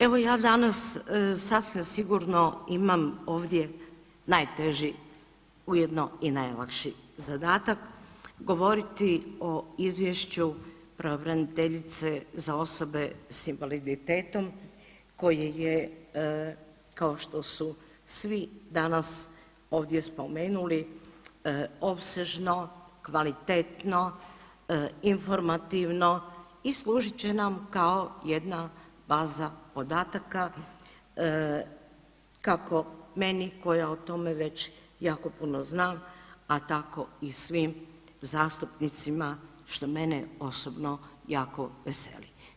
Evo ja danas sasvim sigurno imam ovdje najteži ujedno i najlakši zadatak govoriti o izvješću pravobraniteljice za osobe s invaliditetom koje je, kao što su svi danas ovdje spomenuli, opsežno, kvalitetno, informativno i služit će nam kao jedna baza podataka kako meni koja o tome već jako puno zna, a tako i svim zastupnicima, što mene osobno jako veseli.